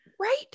Right